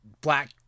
black